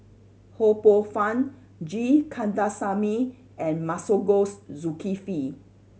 Ho Poh Fun G Kandasamy and Masagos Zulkifli